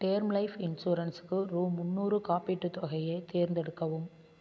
term life இன்சூரன்ஸுக்கு ரூபா முந்நூறு காப்பீட்டுத் தொகையை தேர்ந்தெடுக்கவும்